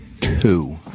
Two